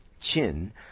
chin